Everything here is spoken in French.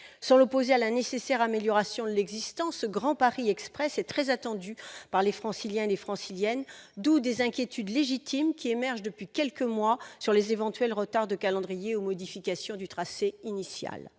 faille l'opposer à la nécessaire amélioration de l'existant, la réalisation du Grand Paris Express est très attendue par les Franciliens et les Franciliennes, d'où les inquiétudes légitimes qui émergent depuis quelques mois s'agissant des éventuels retards de calendrier ou d'une modification du tracé initial.